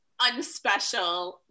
unspecial